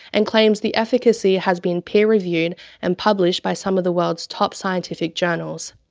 and claims the efficacy has been peer reviewed and published by some of the worlds top scientific journals.